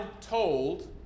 told